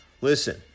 Listen